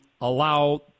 allow